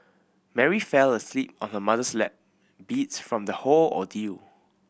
Mary fell asleep on her mother's lap beats from the whole ordeal